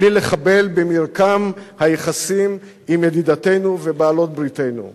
בלי לחבל במרקם היחסים עם ידידותינו ובעלות בריתנו.